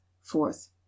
fourth